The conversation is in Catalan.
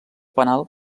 penal